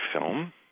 film